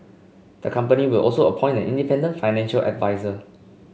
the company will also appoint an independent financial adviser